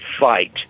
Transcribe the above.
fight